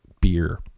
beer